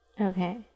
Okay